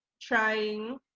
trying